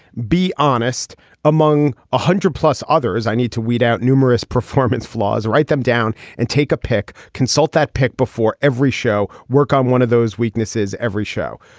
be honest among one ah hundred plus others i need to weed out numerous performance flaws or write them down and take a pic consult that pic before every show work on one of those weaknesses every show.